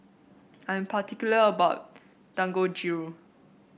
I am particular about Dangojiru